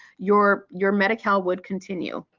your your medical would continue.